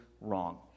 wrong